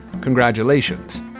congratulations